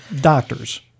doctors